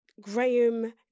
Graham